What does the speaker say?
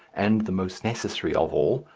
and the most necessary of all,